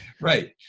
Right